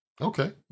Okay